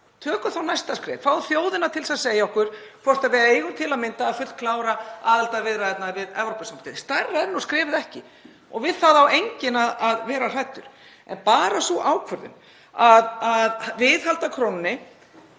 Tökum þá næsta skref, fáum þjóðina til að segja okkur hvort við eigum til að mynda að fullklára aðildarviðræðurnar við Evrópusambandið, stærra er nú skrefið ekki og við það á enginn að vera hræddur. En bara sú ákvörðun að viðhalda krónunni